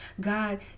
god